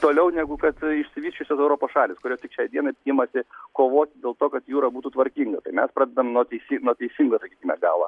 toliau negu kad išsivysčiusios europos šalys kurios tik šiai dienai imasi kovoti dėl to kad jūra būtų tvarkinga tai mes pradedam nuo teisi nuo teisingo sakykime galo